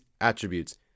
attributes